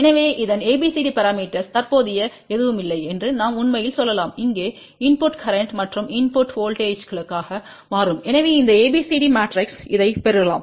எனவே இதன் ABCD parameters தற்போதைய எதுவுமில்லை என்று நாம் உண்மையில் சொல்லலாம் இங்கே இன்புட் கரேன்ட் மற்றும் இன்புட் வோல்ட்டேஜ்ங்களாக மாறும் எனவே இந்த ABCD மாட்ரிக்ஸ் இதை பெருக்கலாம்